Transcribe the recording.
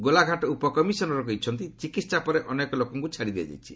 ଗୋଲାଘାଟ ଉପକମିଶନର କହିଛନ୍ତି ଚିକିହା ପରେ ଅନେକ ଲୋକଙ୍କୁ ଛାଡ଼ି ଦିଆଯାଇଛି